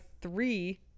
three